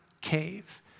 cave